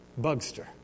Bugster